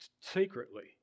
secretly